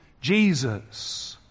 Jesus